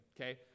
okay